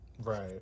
Right